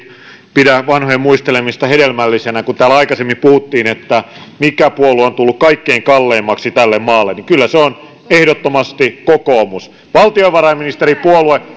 pidä vanhojen muistelemista hedelmällisenä kun täällä aikaisemmin puhuttiin siitä mikä puolue on tullut kaikkein kalleimmaksi tälle maalle niin kyllä se on ehdottomasti kokoomus valtiovarainministeripuolue